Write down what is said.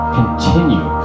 continue